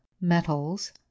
metals